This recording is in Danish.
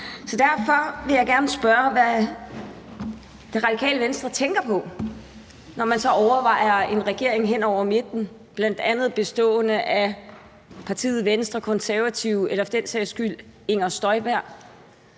på. Derfor vil jeg gerne spørge, hvad Radikale Venstre tænker på, når man så overvejer en regering hen over midten, bl.a. bestående af partiet Venstre, Konservative eller for den sags skyld Inger Støjberg.